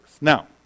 Now